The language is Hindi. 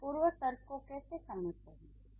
आप पूर्वसर्ग को कैसे समझते हैं